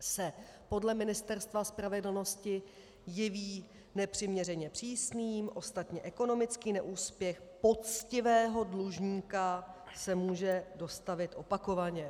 se podle Ministerstva spravedlnosti jeví nepřiměřeně přísným, ostatně ekonomický neúspěch poctivého dlužníka se může dostavit opakovaně.